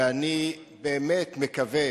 ואני באמת מקווה